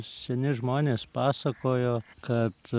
seni žmonės pasakojo kad